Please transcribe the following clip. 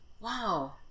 Wow